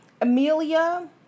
Amelia